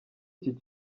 iki